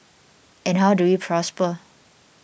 and how do we prosper